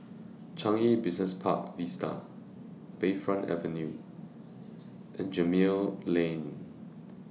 Changi Business Park Vista Bayfront Avenue and Gemmill Lane